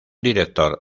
director